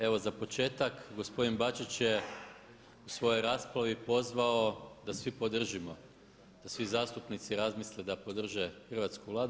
Evo za početak, gospodin Bačić je u svojoj raspravi pozvao da svi podržimo, da svi zastupnici razmisle da podrže hrvatsku Vladu.